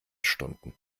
stunden